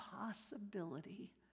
possibility